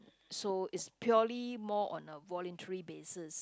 so it's purely more on a voluntary basis